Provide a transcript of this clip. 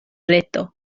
reto